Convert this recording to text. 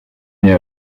n’est